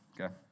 okay